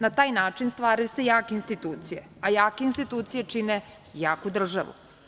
Na taj način stvaraju se jake institucije, a jake institucije čine jaku državu.